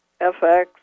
FX